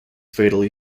fatally